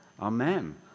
Amen